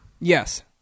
Yes